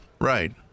Right